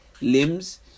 limbs